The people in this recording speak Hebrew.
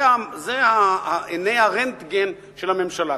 זה עיני הרנטגן של הממשלה.